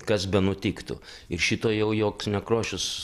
kas benutiktų ir šito jau joks nekrošius